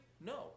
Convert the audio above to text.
no